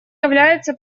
является